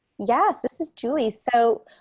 yes. this is julie. so,